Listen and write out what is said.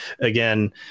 Again